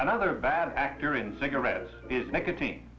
another bad actor in cigarettes is nicotine